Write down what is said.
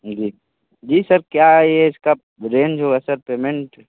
जी जी सर क्या है ये इसका रेंज जो है सर पेमेंट